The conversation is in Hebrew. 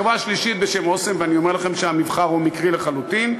חברה שלישית בשם "אסם" ואני אומר לכם שהמבחר הוא מקרי לחלוטין,